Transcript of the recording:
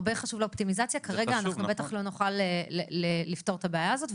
הרבה חשוב לאופטימיזציה אבל כרגע לא נוכל לפתור את הבעיה הזאת.